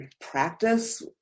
practice